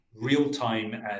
real-time